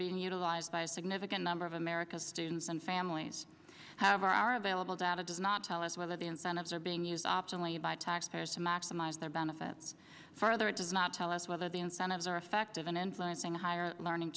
being utilized by a significant number of america's students and families however are available data does not tell us whether the incentives are being used optionally by taxpayers to maximize their benefits further it does not tell us whether the incentives are effective in influencing a higher learning